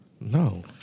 No